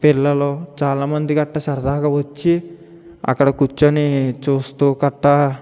పిల్లలు చాలామంది గట్టా సరదాగా వచ్చి అక్కడ కూర్చొని చూస్తూ కట్ట